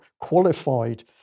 qualified